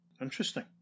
Interesting